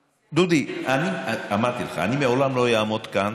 דודי, אמרתי לך, אני מעולם לא אעמוד כאן